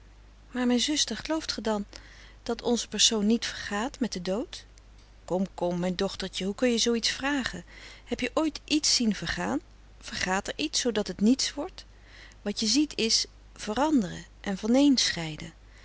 maar mijn zuster gelooft ge dan dat onze persoon niet vergaat met den dood kom kom mijn dochtertje hoe kun je zoo iets vragen heb je ooit iets zien vergaan vergaat er iets zoodat het niets wordt wat je ziet is veranderen en